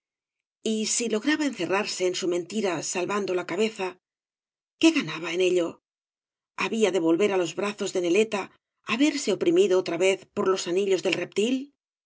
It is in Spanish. y si lograba encerrarse en su mentira salvando la cabeza qué ganaba en ello había de volver á los brazos de neleta á verse oprimido otra vez por los anillos del reptil